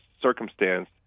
circumstance